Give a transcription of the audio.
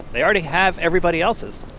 they already have everybody else's